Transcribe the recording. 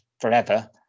forever